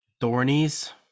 Thornies